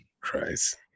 christ